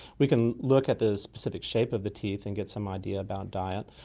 we can look at the specific shape of the teeth and get some idea about diet.